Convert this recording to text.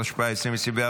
התשפ"ה 2024,